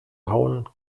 hauen